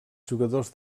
jugadors